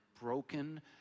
broken